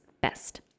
best